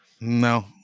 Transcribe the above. No